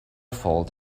fault